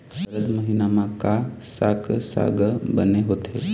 सरद महीना म का साक साग बने होथे?